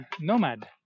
nomad